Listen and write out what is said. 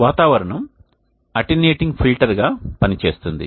వాతావరణం అటెన్యూయేటింగ్ ఫిల్టర్గా పనిచేస్తుంది